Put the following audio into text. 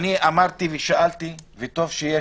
אני אמרתי ושאלתי וטוב שיש